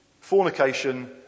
fornication